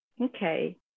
Okay